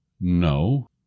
No